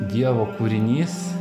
dievo kūrinys